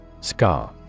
Scar